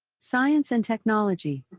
science and technology,